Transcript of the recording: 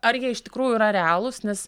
ar jie iš tikrųjų yra realūs nes